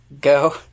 go